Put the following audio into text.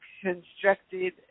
constructed